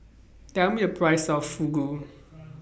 Tell Me The Price of Fugu